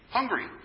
hungry